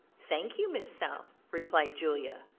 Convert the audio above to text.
thank you, miss south, replied julia,